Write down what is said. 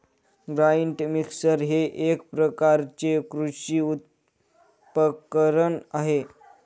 grinder mixer हे एक प्रकारचे कृषी उपकरण आहे